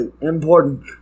important